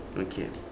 okay